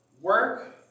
work